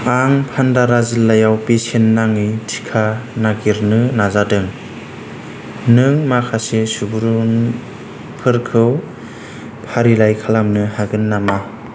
आं भान्दारा जिल्लायाव बेसेन नाङै टिका नागिरनो नाजादों नों माखासे सुबुरुनफोरखौ फारिलाइ खालामनो हागोन नामा